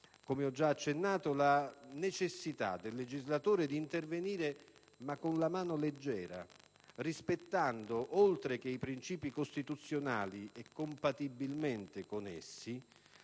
come ho già accennato, la necessità del legislatore di intervenire, ma con la mano leggera, rispettando, oltre che i principi costituzionali e compatibilmente con essi,